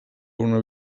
una